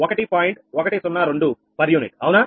102 per unit అవునా